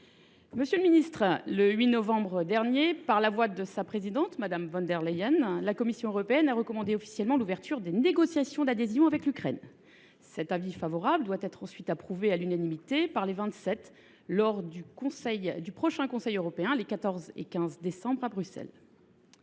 Monsieur le ministre, le 8 novembre dernier, par la voix de sa présidente, Mme von der Leyen, la Commission européenne a recommandé officiellement l’ouverture des négociations d’adhésion avec l’Ukraine. Cet avis favorable doit être approuvé à l’unanimité par les Vingt Sept lors du prochain Conseil européen des 14 et 15 décembre prochains,